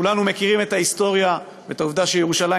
כולנו מכירים את ההיסטוריה ואת העובדה שירושלים